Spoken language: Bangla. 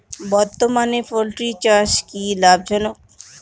বর্তমানে পোলট্রি চাষ কি লাভজনক?